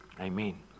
amen